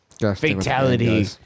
fatality